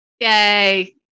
Yay